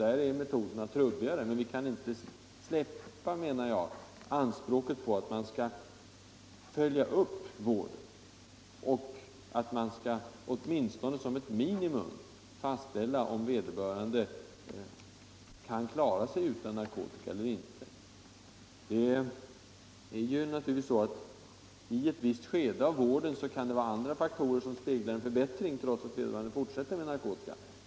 Där är metoderna trubbigare, men vi kan inte släppa anspråken på att man skall följa upp vården och åtminstone som ett minimum ta reda på om vederbörande kan klara sig utan narkotika eller inte. Det kan naturligtvis vara så i ett visst skede av vården, att andra faktorer kan spegla en förbättring, trots att vederbörande fortsätter med narkotika.